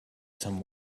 some